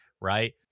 right